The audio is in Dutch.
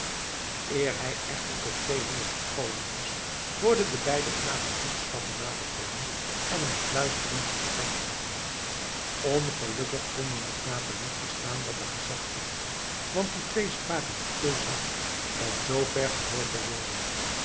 eer hij echter tot tweehonderd gekomen was hoorden de beide knapen voetstappen naderkomen en een fluisterend gesprek voeren ongelukkig konden de knapen niet verstaan wat er gezegd werd want die twee spraken te zacht om zoo ver gehoord te worden